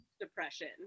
depression